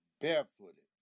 barefooted